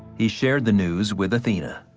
he shared the news with athena.